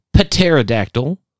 pterodactyl